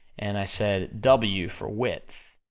and i said w for width,